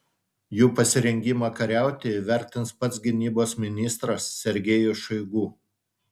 jų pasirengimą kariauti įvertins pats gynybos ministras sergejus šoigu